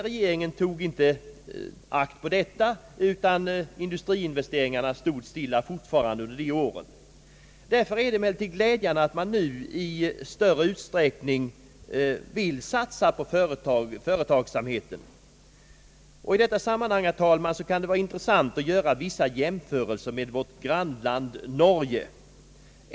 Regeringen har dock inte gett akt på detta, utan industriinvesteringarna har fortfarande stått stilla under de åren. Därför är det emellertid glädjande att man nu i större utsträckning vill satsa på företagsamheten. I detta sammanhang kan det vara intressant, herr talman, att göra vissa jämförelser med vårt grannland Norge.